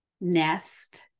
nest